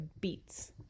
beets